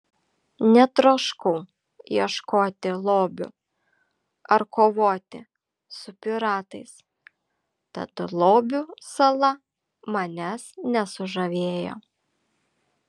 netroškau ieškoti lobių ar kovoti su piratais tad lobių sala manęs nesužavėjo